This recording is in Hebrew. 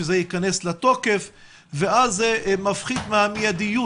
שזה ייכנס לתוקף ואז זה מפחית מהמידיות